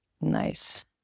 Nice